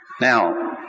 Now